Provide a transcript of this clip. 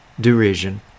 derision